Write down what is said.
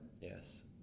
Yes